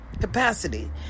capacity